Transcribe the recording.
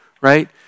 right